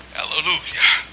Hallelujah